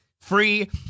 Free